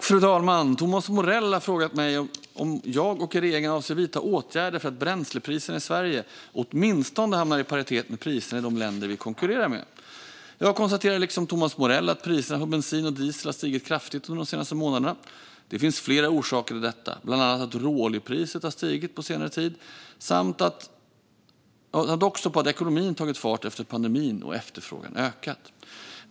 Fru talman! Thomas Morell har frågat mig om jag och regeringen avser att vidta åtgärder för att bränslepriserna i Sverige åtminstone hamnar i paritet med priserna i de länder vi konkurrerar med. Jag konstaterar liksom Thomas Morell att priserna på bensin och diesel har stigit kraftigt under de senaste månaderna. Det finns flera orsaker till detta, bland annat att råoljepriset stigit på senare tid samt att ekonomin tagit fart efter pandemin och efterfrågan ökat.